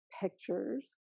pictures